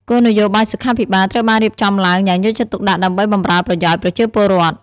គោលនយោបាយសុខាភិបាលត្រូវបានរៀបចំឡើងយ៉ាងយកចិត្តទុកដាក់ដើម្បីបម្រើប្រយោជន៍ប្រជាពលរដ្ឋ។